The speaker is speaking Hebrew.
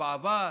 בעבר,